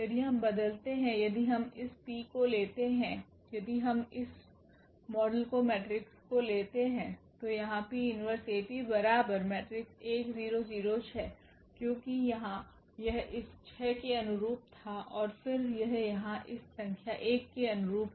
यदि हम बदलते हैं यदि हम इस P को लेते हैं यदि हम इस मॉडल को मेट्रिक्स को लेते हैं तो यहाँ क्योंकि यहाँ यह इस 6 के अनुरूप था और फिर यह यहाँ इस संख्या 1 के अनुरूप है